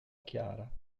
chiara